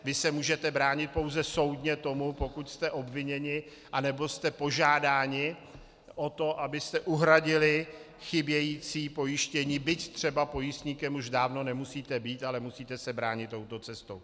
Vy se můžete bránit pouze soudně tomu, pokud jste obviněni, anebo jste požádáni o to, abyste uhradili chybějící pojištění, byť třeba pojistníkem už dávno nemusíte být, ale musíte se bránit touto cestou.